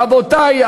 רבותי,